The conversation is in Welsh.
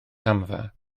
camfa